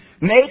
Make